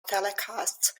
telecasts